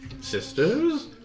Sisters